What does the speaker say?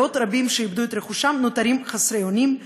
רבים שאיבדו את רכושם נותרים חסרי אונים,